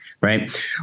Right